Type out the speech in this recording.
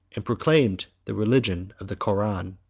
and proclaimed the religion of the koran.